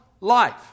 life